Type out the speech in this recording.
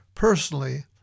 Personally